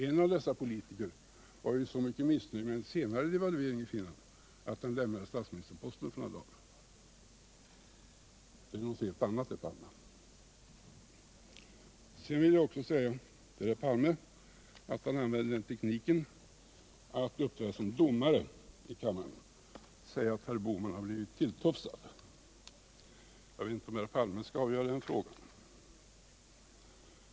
En av dessa politiker var så missnöjd med en senare devalvering i Finland, att han med anledning av den lämnade statsministerposten för några dagar, men det är något helt Herr Palme använder vidare tekniken att uppträda som domare i kammaren och menar att herr Bohman har blivit tilltufsad. Jag vet inte om herr Palme skall avgöra den saken.